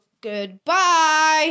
goodbye